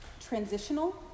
transitional